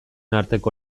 arteko